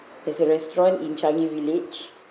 there's a restaurant in changi village